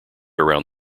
around